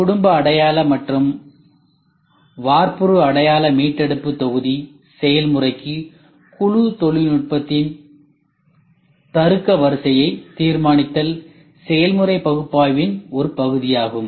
குடும்ப அடையாள மற்றும் வார்ப்புரு அடையாள மீட்டெடுப்பு தொகுதி செயல்முறைக்கு குழு தொழில்நுட்பத்தின் தருக்க வரிசையை தீர்மானித்தல் செயல்முறை பகுப்பாய்வின் ஒரு பகுதியாகும்